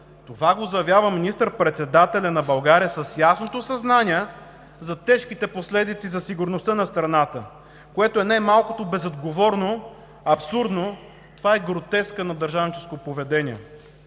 Това го заявява министър-председателят на България с ясното съзнание за тежките последици за сигурността на страната, което е най-малкото безотговорно, абсурдно. Това е гротеска на държавническо поведение